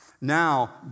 Now